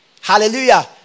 hallelujah